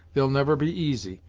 they'll never be easy,